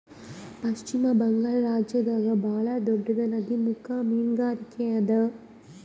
ಪಶ್ಚಿಮ ಬಂಗಾಳ್ ರಾಜ್ಯದಾಗ್ ಭಾಳ್ ದೊಡ್ಡದ್ ನದಿಮುಖ ಮೀನ್ಗಾರಿಕೆ ಅದಾ